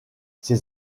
ses